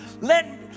Let